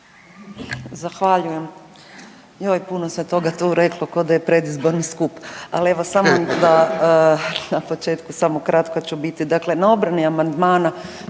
Zahvaljujem. Joj, puno se toga tu reklo, k'o da je predizborni skup. Ali, evo, samo da na početku samo kratko ću biti, dakle na obrani amandmana